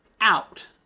out